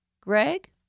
Greg